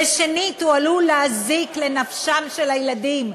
ושנית, הוא עלול להזיק לנפשם של הילדים.